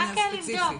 רק לבדוק.